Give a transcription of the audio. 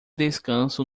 descanso